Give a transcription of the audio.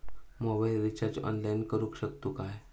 Mobile recharge online करुक शकतू काय?